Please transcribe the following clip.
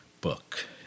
book